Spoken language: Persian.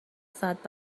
ساعت